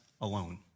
alone